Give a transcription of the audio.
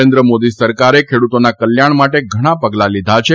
નરેન્દ્રમોદી સરકારે ખેડૂતોના કલ્યાણ માટે ઘણાં પગલાં લીધા છે